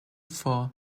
for